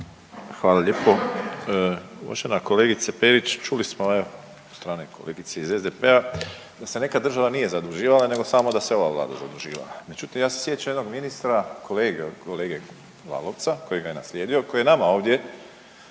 Hvala lijepo. Uvažena kolegice Perić, čuli smo evo od strane kolegice iz SDP-a da se nekad država nije zaduživala nego samo da se ova vlada zaduživa. Međutim, ja se sjećam jednog ministra, kolege od kolege Lalovca koji ga je naslijedio koji je nama ovdje